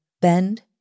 bend